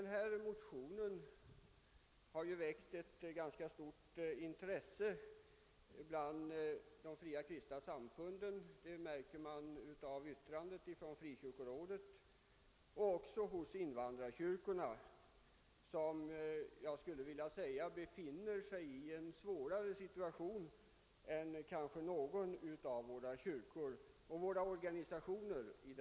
Den här motionen har väckt ett stort intresse bland de berörda parterna — det märker man av yttrandena från frikyrkorådet och invandrarkyrkorna. De senare befinner sig i en svårare situation än kanske någon av våra kyrkor och andra organisationer i detta land.